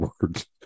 words